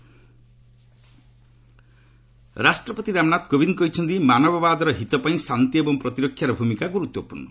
ପ୍ରେକ୍ ରାଷ୍ଟ୍ରପତି ରାମନାଥ କୋବିନ୍ଦ କହିଛନ୍ତି ମାନବବାଦର ହିତ ପାଇଁ ଶାନ୍ତି ଏବଂ ପ୍ରତିରକ୍ଷାର ଭୂମିକା ଗୁରୁତ୍ୱପୂର୍ଣ୍ଣ